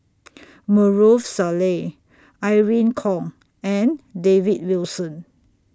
Maarof Salleh Irene Khong and David Wilson